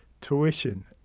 tuition